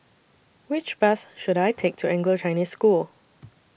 Which Bus should I Take to Anglo Chinese School